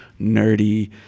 nerdy